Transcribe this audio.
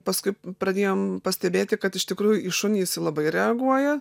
paskui pradėjom pastebėti kad iš tikrųjų į šunį jisai labai reaguoja